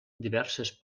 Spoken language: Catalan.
diverses